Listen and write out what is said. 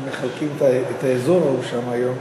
אם מחלקים את האזור ההוא שם היום,